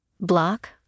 Block